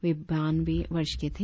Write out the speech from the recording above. वे बानवे वर्ष के थे